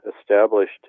established